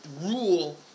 rule